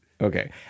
Okay